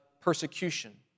persecution